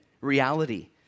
reality